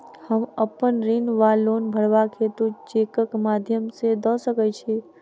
हम अप्पन ऋण वा लोन भरबाक हेतु चेकक माध्यम सँ दऽ सकै छी?